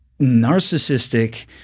narcissistic